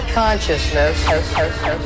consciousness